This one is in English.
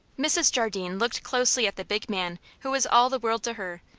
mrs. jardine looked closely at the big man who was all the world to her,